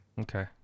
Okay